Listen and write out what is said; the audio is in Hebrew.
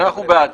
אנחנו בעד.